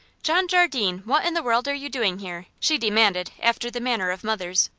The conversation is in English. john jardine, what in the world are you doing here? she demanded after the manner of mothers,